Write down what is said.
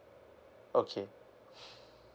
okay